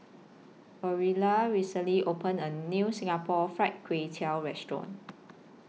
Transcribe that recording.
Orilla recently opened A New Singapore Fried Kway Tiao Restaurant